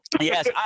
Yes